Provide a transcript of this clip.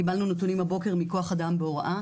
קיבלנו נתונים הבוקר מכוח אדם בהוראה,